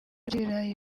by’ibirayi